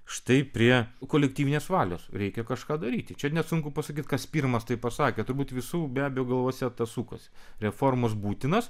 štai prie kolektyvinės valios reikia kažką daryti čia net sunku pasakyt kas pirmas taip pasakė turbūt visų be abejo galvose sukosi reformos būtinos